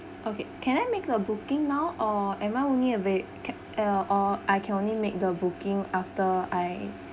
okay can I make the booking now or am I only avai~ can uh or I can only make the booking after I